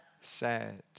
sad